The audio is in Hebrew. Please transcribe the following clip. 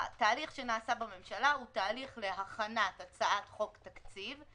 התהליך שנעשה בממשלה הוא התהליך להכנת הצעת חוק תקציב.